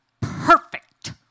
perfect